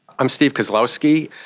i am steve kozlowski.